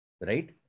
right